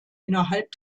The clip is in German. innerhalb